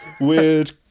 Weird